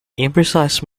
imprecise